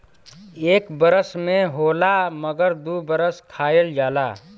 एक बरस में होला मगर दू बरस खायल जाला